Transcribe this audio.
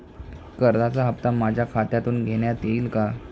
कर्जाचा हप्ता माझ्या खात्यातून घेण्यात येईल का?